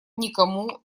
никому